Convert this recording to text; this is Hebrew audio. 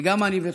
וגם אני בתוכם,